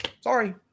Sorry